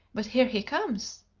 but here he comes!